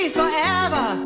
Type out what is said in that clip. forever